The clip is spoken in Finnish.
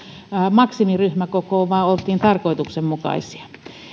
maksimiryhmäkokoon vaan oltiin tarkoituksenmukaisia